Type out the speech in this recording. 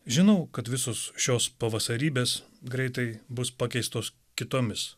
žinau kad visos šios pavasarybės greitai bus pakeistos kitomis